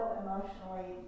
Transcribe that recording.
emotionally